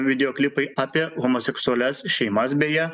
video klipai apie homoseksualias šeimas beje